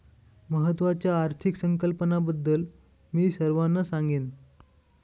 महत्त्वाच्या आर्थिक संकल्पनांबद्दल मी सर्वांना सांगेन